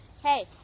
Hey